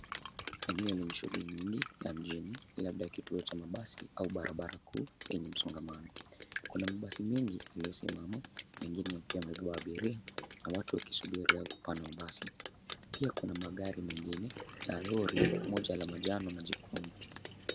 Eneo lenye shughuli nyingi la mjini labda kituo cha mabasi au barabara kuu yenye msongamano. Kuna mabasi mengi yaliyosimama mengine yakiwa yamebeba abiria na watu wakisubiri au kupanda mabasi. Pia kuna magari mengine na lori moja la manjano na jekundu.